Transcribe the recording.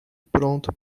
pronto